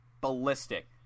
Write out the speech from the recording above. Ballistic